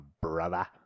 brother